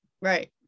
Right